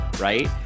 right